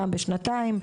פעם בשנתיים,